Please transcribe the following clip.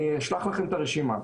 אני אשלח לכם את הרשימה.